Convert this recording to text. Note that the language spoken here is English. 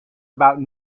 about